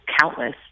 countless